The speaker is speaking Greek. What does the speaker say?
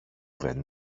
δεν